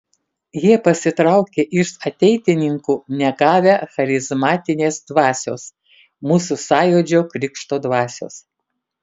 jie pasitraukė iš ateitininkų negavę charizmatinės dvasios mūsų sąjūdžio krikšto dvasios